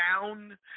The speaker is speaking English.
down